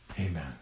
Amen